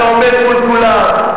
אתה עומד מול כולם.